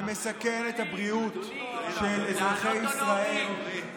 אנחנו לא יודעים, אדוני, להעלות או להוריד?